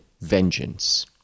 vengeance